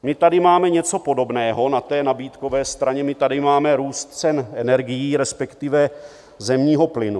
My tady máme něco podobného na té nabídkové straně, my tady máme růst cen energií, respektive zemního plynu.